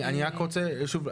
שוב,